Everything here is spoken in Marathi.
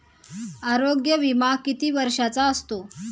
आरोग्य विमा किती वर्षांचा असतो?